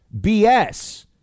BS